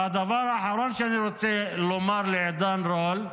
והדבר האחרון שאני רוצה לומר לעידן רול: